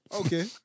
Okay